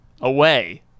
away